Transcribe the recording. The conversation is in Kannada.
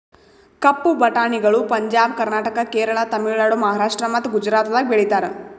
ಕಪ್ಪು ಬಟಾಣಿಗಳು ಪಂಜಾಬ್, ಕರ್ನಾಟಕ, ಕೇರಳ, ತಮಿಳುನಾಡು, ಮಹಾರಾಷ್ಟ್ರ ಮತ್ತ ಗುಜರಾತದಾಗ್ ಬೆಳೀತಾರ